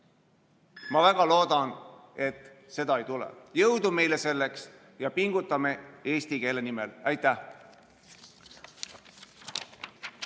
Ma väga loodan, et seda ei tule. Jõudu meile selleks ja pingutame eesti keele nimel! Aitäh!